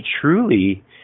truly